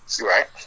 right